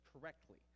correctly